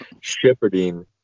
Shepherding